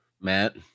Matt